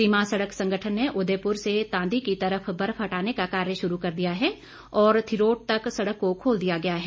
सीमा सड़क संगठन ने उदयपुर से तांदी के तरफ बर्फ हटाने का कार्य शुरू कर दिया हैं और थिरोट तक सड़क को खोल दिया गया है